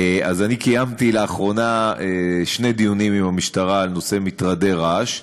קיימתי לאחרונה שני דיונים עם המשטרה על נושא מטרדי רעש,